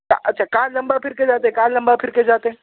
اچھا کہاں لمبا پھر کے جاتے کہاں لمبا پھر کے جاتے